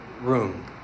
room